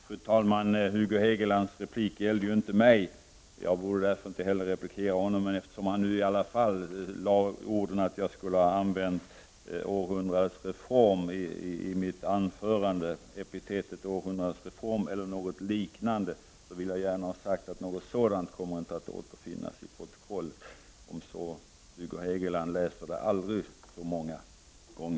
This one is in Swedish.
Fru talman! Hugo Hegelands replik gällde inte mig. Jag borde därför inte heller replikera på Hugo Hegeland. Men eftersom han fällde orden att jag skulle ha använt epitetet århundradets reform, eller något liknande, i mitt anförande, vill jag gärna ha sagt att något sådant uttryck inte kommer att återfinnas i protokollet även om Hugo Hegeland läser detta aldrig så många gånger.